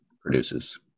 produces